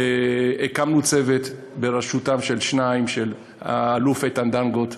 הקמנו צוות בראשותם של שניים: של האלוף איתן דנגוט,